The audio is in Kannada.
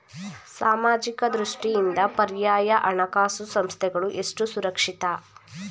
ಸಾಮಾಜಿಕ ದೃಷ್ಟಿಯಿಂದ ಪರ್ಯಾಯ ಹಣಕಾಸು ಸಂಸ್ಥೆಗಳು ಎಷ್ಟು ಸುರಕ್ಷಿತ?